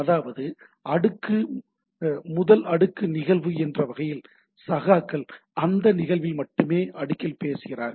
அதாவது அடுக்கு முதல் அடுக்கு நிகழ்வு என்ற வகையில் சகாக்கள் அந்த நிகழ்வில் மட்டுமே அடுக்கில் பேசுகிறார்கள்